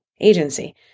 agency